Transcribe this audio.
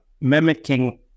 mimicking